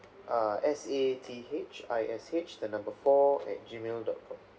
err S A T H I S H the number four at G mail dot com